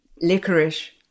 licorice